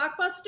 Blockbuster